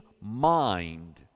mind